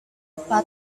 pak